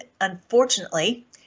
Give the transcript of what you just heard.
unfortunately